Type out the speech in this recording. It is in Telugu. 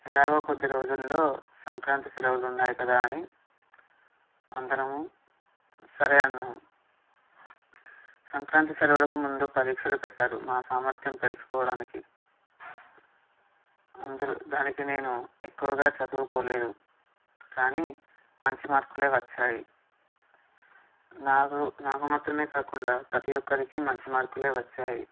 ఎలాగో కొద్ది రోజుల్లో సంక్రాంతి సెలవులు ఉన్నాయి కదా అని అందరము సరే అన్నాము సంక్రాంతి సెలవులకు ముందు పరీక్షలు పెట్టారు మా సామర్థ్యం తెలుసుకోవడానికి అందరూ దానికి నేను ఎక్కువగా చదువుకోలేదు కానీ మంచి మార్కులే వచ్చాయి నాకు నాకు మాత్రమే కాకుండా ప్రతీ ఒక్కరికి మంచి మార్కులే వచ్చాయి